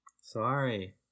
Sorry